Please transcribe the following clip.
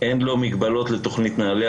אין לו מגבלות לתכנית נעל"ה,